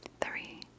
Three